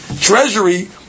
treasury